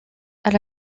elle